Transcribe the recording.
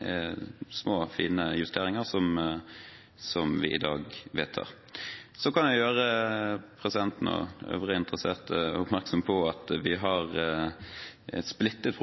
er små, fine justeringer som vi i dag vedtar. Så kan jeg gjøre presidenten og øvrige interesserte oppmerksom på at vi har en splittet